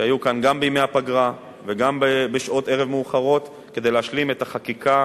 שהיו כאן גם בימי הפגרה וגם בשעות ערב מאוחרות כדי להשלים את החקיקה